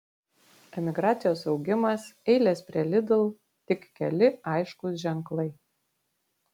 emigracijos augimas eilės prie lidl tik keli aiškūs ženklai